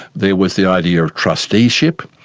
there was the idea of trusteeship,